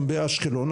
גם באשקלון,